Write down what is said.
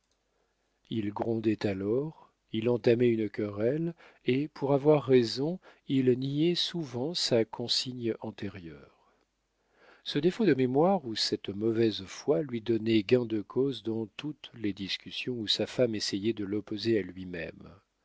il grondait alors il entamait une querelle et pour avoir raison il niait souvent sa consigne antérieure ce défaut de mémoire ou cette mauvaise foi lui donnait gain de cause dans toutes les discussions où sa femme essayait de l'opposer à lui-même